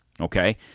Okay